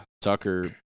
Tucker